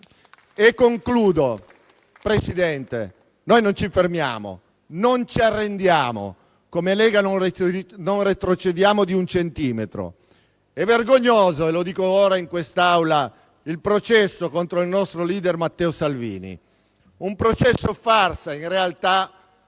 In conclusione, Presidente, noi non ci fermiamo, non ci arrendiamo. Come Lega non retrocediamo di un centimetro. È vergognoso, e lo dico ora in quest'Aula, il processo contro il nostro *leader* Matteo Salvini, un processo farsa. In realtà